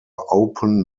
open